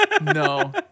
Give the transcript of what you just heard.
No